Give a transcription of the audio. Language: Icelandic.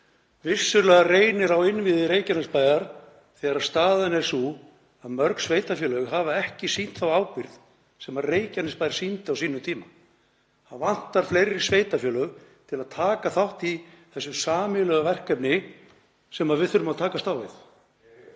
Vissulega reynir á innviði Reykjanesbæjar þegar staðan er sú að mörg sveitarfélög hafa ekki sýnt þá ábyrgð sem Reykjanesbær sýndi á sínum tíma. Það vantar fleiri sveitarfélög til að taka þátt í þessu sameiginlega verkefni sem við þurfum að takast á við.